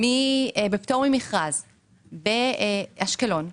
בפטור ממכרז באשקלון,